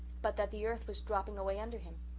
but that the earth was dropping away under him.